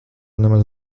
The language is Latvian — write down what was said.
nemaz